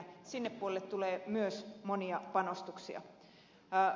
sinne puolelle tulee myös monia panostuksia